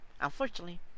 unfortunately